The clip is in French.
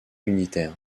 unitaire